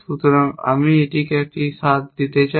সুতরাং আমি আপনাকে এটির একটি স্বাদ দিতে চাই